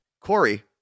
Corey